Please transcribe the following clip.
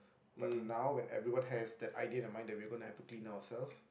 but now when everyone has that idea in our mind that we gonna have to clean ourselves